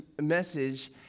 message